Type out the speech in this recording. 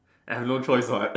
I have no choice what